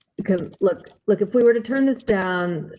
because look look if we were to turn this down,